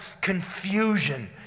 confusion